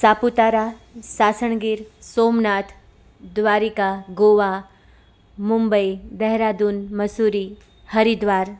Saputara Sasan Gir Somnath Dwarka Goa Mumbai Dehradun Mussoorie Haridwar